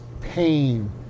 pain